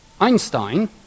Einstein